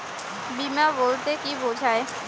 বিমা বলতে কি বোঝায়?